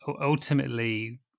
ultimately